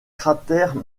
cratère